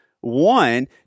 One